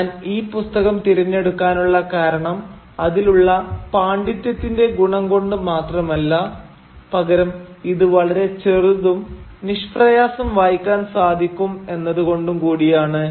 ഞാൻ ഈ പുസ്തകം തിരഞ്ഞെടുക്കാനുള്ള കാരണം അതിലുള്ള പാണ്ഡിത്യത്തിന്റെ ഗുണം കൊണ്ട് മാത്രമല്ല പകരം ഇത് വളരെ ചെറുതും നിഷ്പ്രയാസം വായിക്കാൻ സാധിക്കും എന്നത് കൊണ്ട് കൂടിയാണ്